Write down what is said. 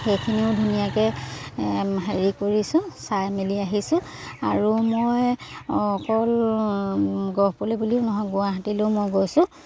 সেইখিনিও ধুনীয়াকৈ হেৰি কৰিছোঁ চাই মেলি আহিছোঁ আৰু মই অকল গহপুৰলৈ বুলি নহয় গুৱাহাটীলৈও মই গৈছোঁ